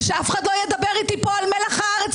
ושאף אחד לא ידבר פה איתי על מלח הארץ,